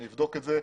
אני אבדוק את זה.